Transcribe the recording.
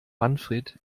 manfred